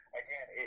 again